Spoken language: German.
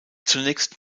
zunächst